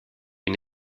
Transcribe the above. une